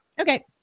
okay